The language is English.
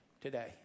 today